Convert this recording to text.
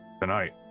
tonight